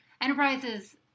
Enterprises